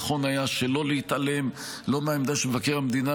נכון היה שלא להתעלם לא מהעמדה של מבקר המדינה